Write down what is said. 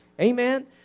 Amen